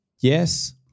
Yes